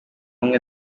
umwe